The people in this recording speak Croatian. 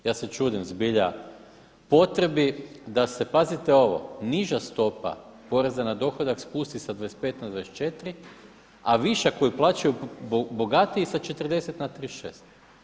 Ja se čudim zbilja potrebi da se, pazite ovo, niža stopa poreza na dohodak spusti sa 25 na 24 a višak koji uplaćuju bogatiji sa 40 na 36.